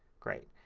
great.